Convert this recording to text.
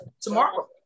Tomorrow